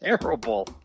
terrible